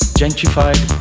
gentrified